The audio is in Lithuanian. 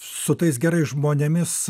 su tais gerais žmonėmis